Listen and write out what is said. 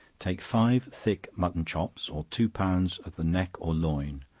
take five thick mutton chops, or two pounds of the neck or loin,